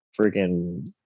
freaking